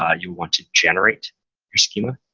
ah you'll want to generate your schema.